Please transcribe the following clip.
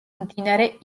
მდინარე